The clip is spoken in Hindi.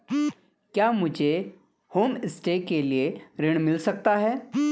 क्या मुझे होमस्टे के लिए ऋण मिल सकता है?